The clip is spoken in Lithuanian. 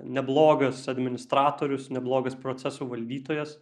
neblogas administratorius neblogas procesų valdytojas